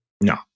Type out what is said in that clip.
No